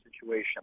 situation